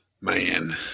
Man